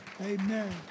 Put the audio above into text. Amen